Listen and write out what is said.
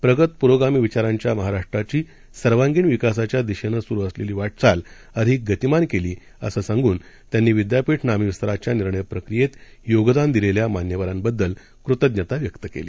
प्रगत पुरोगामीविचारांच्यामहाराष्ट्राचीसर्वांगीणविकासाच्यादिशेनंसुरुअसलेलीवाटचालअधिकगतीमानकेलीअसंसांगूनत्यांनीविद्यापीठनामविस्ता राच्यानिर्णयप्रक्रियेतयोगदानदिलेल्यामान्यवरांबद्दलकृतज्ञताव्यक्तकेली